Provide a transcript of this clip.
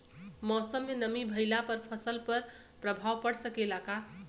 मौसम में नमी भइला पर फसल पर प्रभाव पड़ सकेला का?